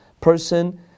person